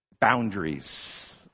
boundaries